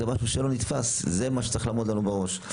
זה משהו לא נתפס וזה מה שצריך לעמוד לנו בראש.